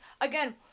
again